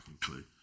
clue